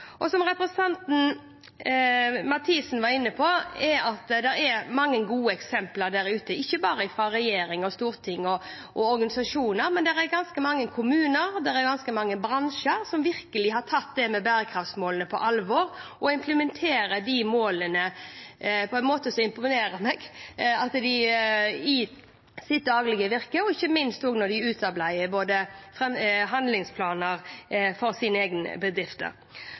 internasjonalt. Som representanten Mathisen var inne på, er det mange gode eksempler der ute, ikke bare fra regjering, storting og organisasjoner, men det er ganske mange kommuner og ganske mange bransjer som virkelig har tatt bærekraftsmålene på alvor, og som, på en måte som imponerer meg, implementerer disse målene i sitt daglige virke, ikke minst når de utarbeider handlingsplaner for sine egne bedrifter.